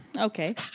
Okay